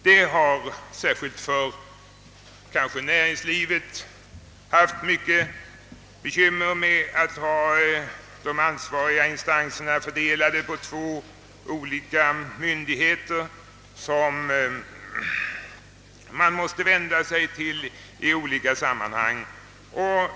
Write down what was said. Det har vållat kanske särskilt näringslivet mycket bekymmer att ha de ansvariga instanserna fördelade på två olika myndigheter som man måste vända sig till i olika sammanhang.